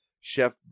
Chef